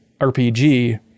RPG